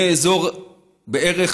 מאזור עכו בערך